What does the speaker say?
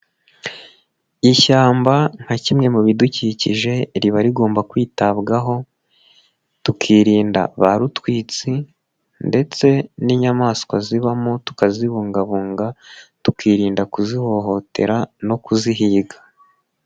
Ishyamba nka kimwe mu bidukikije riba rigomba kwitabwaho tukirinda ba rutwitsi ndetse n'inyamaswa zibamo tukazibungabunga tukirinda kuzihohotera no kuzihiga.